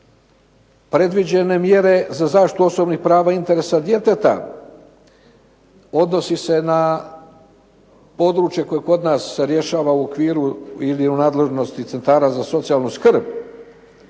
predviđene mjere za zaštitu osobnih prava i interesa djeteta. Odnosi se na područje koje kod nas se rješava u okviru ili u nadležnosti centara za socijalnu skrb.